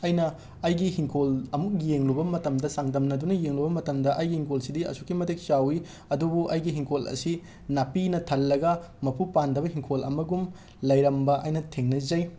ꯑꯩꯅ ꯑꯩꯒꯤ ꯍꯤꯡꯈꯣꯜ ꯑꯃꯨꯛ ꯌꯦꯡꯂꯨꯕ ꯃꯇꯝꯗ ꯆꯥꯡꯗꯝꯅꯗꯨꯅ ꯌꯦꯡꯂꯨꯕ ꯃꯇꯝꯗ ꯑꯩꯒꯤ ꯍꯤꯡꯈꯣꯜꯁꯤꯗꯤ ꯑꯁꯨꯛꯀꯤ ꯃꯇꯤꯛ ꯆꯥꯎꯏ ꯑꯗꯨꯕꯨ ꯑꯩꯒꯤ ꯍꯤꯡꯈꯣꯜ ꯑꯁꯤ ꯅꯥꯄꯤꯅ ꯊꯜꯂꯒ ꯃꯄꯨ ꯄꯥꯟꯗꯕ ꯍꯤꯡꯈꯣꯜ ꯑꯃꯒꯨꯝ ꯂꯩꯔꯝꯕ ꯑꯩꯅ ꯊꯦꯡꯅꯖꯩ